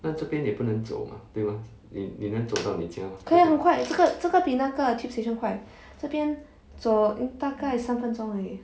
可以很快这这个比那个 tube station 快这边走大概三分钟而已